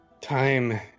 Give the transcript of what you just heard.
Time